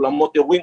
אולמות אירועים.